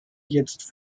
jetzt